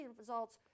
results